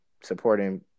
supporting